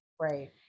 right